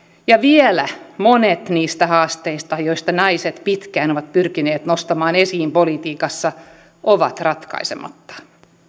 ja vielä monet niistä haasteista joita naiset pitkään ovat pyrkineet nostamaan esiin politiikassa ovat ratkaisematta